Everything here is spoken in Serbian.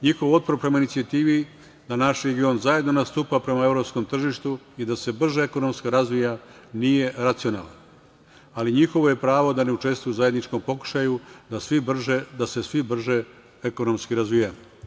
Njihov otpor prema inicijativi da naš region zajedno nastupa prema evropskom tržištu i da se brže ekonomski razvija nije racionalan, ali njihovo je pravo da ne učestvuju u zajedničkom pokušaju da se svi brže ekonomski razvijamo.